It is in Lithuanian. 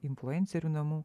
influencerių namų